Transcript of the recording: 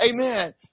Amen